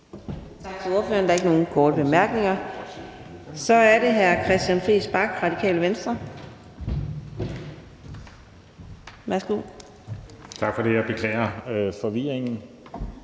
Tak for det. Beklager forvirringen